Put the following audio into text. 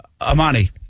Amani